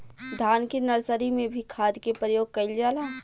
धान के नर्सरी में भी खाद के प्रयोग कइल जाला?